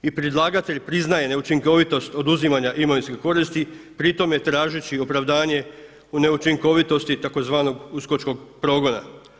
I predlagatelj priznaje neučinkovitost oduzimanja imovinske koristi pri tome tražeći opravdanje u neučinkovitosti tzv. uskočkog progona.